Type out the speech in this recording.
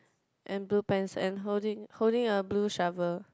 and blue pants and holding holding a blue shovel